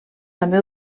també